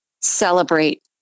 celebrate